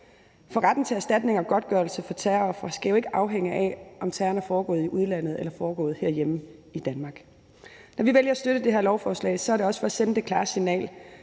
for retten til erstatning og godtgørelse til terrorofre skal jo ikke afhænge af, om terroren er foregået i udlandet eller foregået herhjemme i Danmark. Når vi vælger at støtte dette lovforslag, er det også for at sende det klare signal,